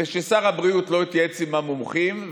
זה ששר הבריאות לא יתייעץ עם המומחים,